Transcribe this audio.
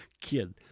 kid